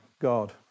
God